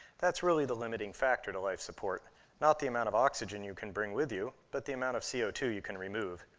that's really the limiting factor to life support not the amount of oxygen you can bring with you, but the amount of c o two you can remove.